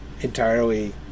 entirely